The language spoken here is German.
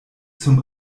zum